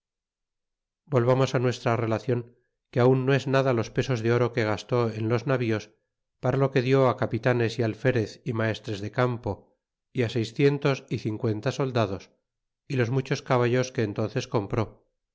volvamos nuestra relacion que aun no es nada los pesos de oro que gastó en los navíos para lo que dió capitanes y alferez y maestres de campo y seiscientos y cincuenta soldados y los muchos caballos que entnces compró